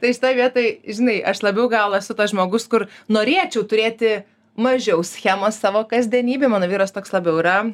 tai šitoj vietoj žinai aš labiau gal esu tas žmogus kur norėčiau turėti mažiau schemos savo kasdienybėj mano vyras toks labiau yra